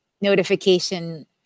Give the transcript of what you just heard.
notification